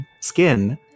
skin